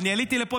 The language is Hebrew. אני עליתי לפה,